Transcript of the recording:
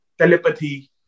telepathy